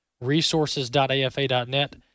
resources.afa.net